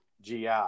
GI